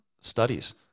studies